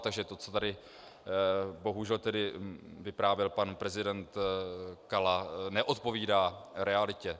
Takže to, co tady bohužel tedy vyprávěl pan prezident Kala, neodpovídá realitě.